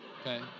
Okay